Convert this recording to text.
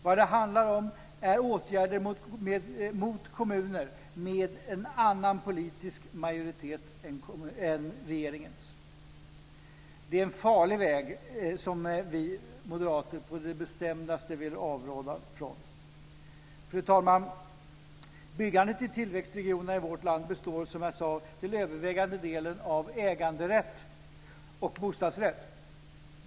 Vad det handlar om är åtgärder mot kommuner med en annan politisk majoritet än den regeringen representerar. Det är en farlig väg som vi moderater å det bestämdaste vill avråda från. Fru talman! Byggandet i tillväxtregionerna i vårt land består som jag sade till övervägande delen av äganderätt och bostadsrätt.